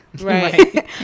right